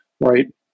right